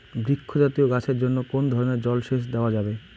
বৃক্ষ জাতীয় গাছের জন্য কোন ধরণের জল সেচ দেওয়া যাবে?